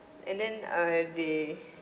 and then uh they